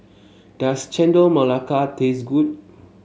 does Chendol Melaka taste good